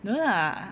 no lah